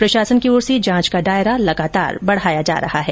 प्रशासन की ओर से जांच का दायरा लगातार बढ़ाया जा रहा है